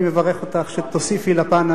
אני מברך אותך שתוסיפי לפן,